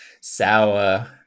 sour